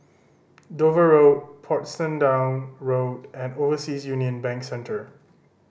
Dover Road Portsdown Road and Overseas Union Bank Centre